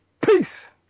Peace